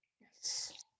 Yes